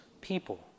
people